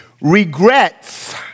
Regrets